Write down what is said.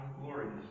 glorious